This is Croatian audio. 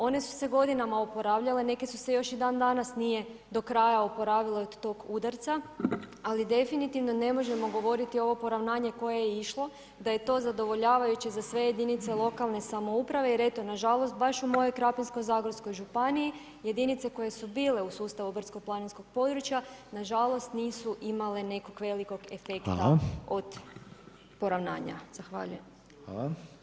One su se godinama oporavljale, neke se još dandanas nisu do kraja oporavile od tog udarca ali definitivno ne može govoriti ovom poravnanje koje išlo da je to zadovoljavajuće za sve jedinice lokalne samouprave jer eto nažalost, baš u mojoj Krapinsko-zagorskoj županiji, jedinice koje su bile u sustavu brdsko-planinskog područja nažalost nisu imali nekog velikog efekta od poravnanja.